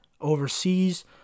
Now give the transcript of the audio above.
overseas